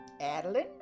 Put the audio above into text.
Adeline